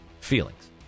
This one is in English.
Feelings